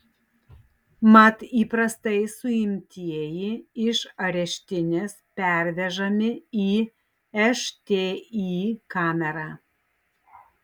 mat įprastai suimtieji iš areštinės pervežami į šti kamerą